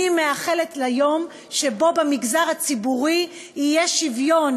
אני מייחלת ליום שבו במגזר הציבורי יהיה שוויון